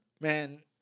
man